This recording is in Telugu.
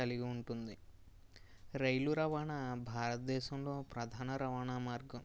కలిగి ఉంటుంది రైలు రవాణా భారత దేశంలో ప్రధాన రవాణా మార్గం